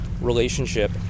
relationship